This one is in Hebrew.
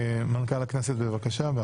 מנכ"ל הכנסת, בבקשה.